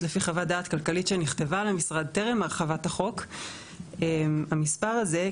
אז לפי חוות דעת כלכלית שנכתבה למשרד טרם הרחבת החוק המספר הזה,